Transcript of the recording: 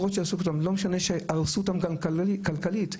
לא משנה שהרסו אותם גם כלכלית.